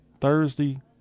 Thursday